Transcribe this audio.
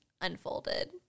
unfolded